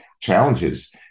challenges